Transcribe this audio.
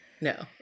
No